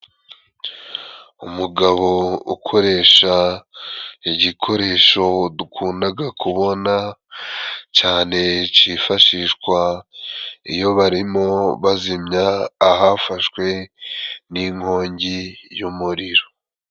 Umugabo ukoresha igikoresho dukundaga kubona，cane cifashishwa iyo barimo bazimya，ahafashwe n'inkongi y'umuriro.